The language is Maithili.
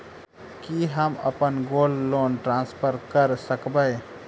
की हम अप्पन गोल्ड लोन ट्रान्सफर करऽ सकबै?